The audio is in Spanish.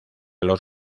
los